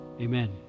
Amen